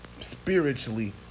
spiritually